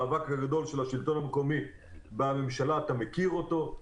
שנת המאבק הגדול של השלטון המקומי בממשלה אתה מכיר אותו.